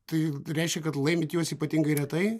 tai reiškia kad laimit juos ypatingai retai